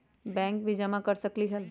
Bank में भी जमा कर सकलीहल?